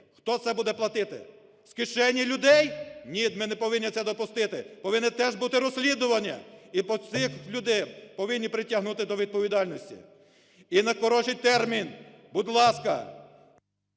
Хто це буде платити? З кишені людей? Ні, ми не повинні це допустити, повинні теж бути розслідування і по цих людям, повинні притягнути до відповідальності. І в найкоротший термін, будь ласка...